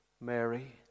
Mary